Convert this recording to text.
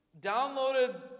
downloaded